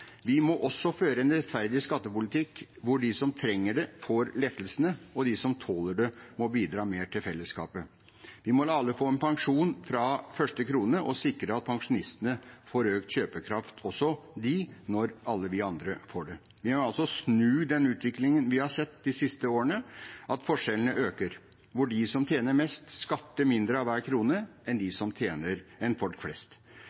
Vi må også føre en rettferdig skattepolitikk hvor de som trenger det, får lettelsene, og de som tåler det, må bidra mer til fellesskapet. Vi må la alle få pensjon fra første krone og sikre at pensjonistene får økt kjøpekraft – også de, når alle vi andre får det. Vi må altså snu den utviklingen vi har sett de siste årene, at forskjellene øker, og hvor de som tjener mest, skatter mindre av hver krone enn folk flest.